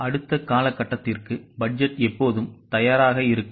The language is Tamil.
அடுத்த காலகட்டத்திற்கு பட்ஜெட் எப்போதும் தயாராக இருக்கும்